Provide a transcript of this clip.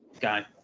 guy